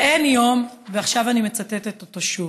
ואין יום, ועכשיו אני מצטטת אותו שוב: